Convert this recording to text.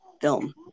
film